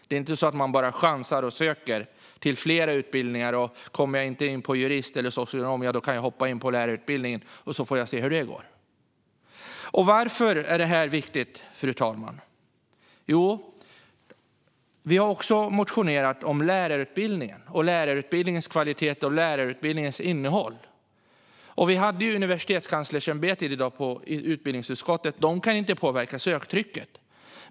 Det är inte så att de chansar och söker till flera utbildningar; om de inte kommer in på juristutbildningen hoppar de in på lärarutbildningen och ser sedan hur det går. Fru talman! Varför är detta viktigt? Jo, vi liberaler har också väckt motioner om lärarutbildningens kvalitet och innehåll. Representanter för Universitetskanslersämbetet besökte utbildningsutskottet i dag. De hävdar att de inte kan påverka söktrycket.